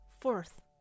fourth